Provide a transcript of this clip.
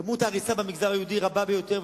כמות ההריסה במגזר היהודי היא רבה ביותר,